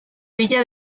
villa